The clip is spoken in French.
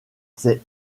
ses